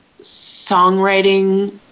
songwriting